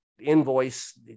invoice